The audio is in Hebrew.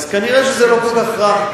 אז נראה שזה לא כל כך רע.